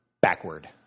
backward